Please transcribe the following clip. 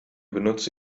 benutze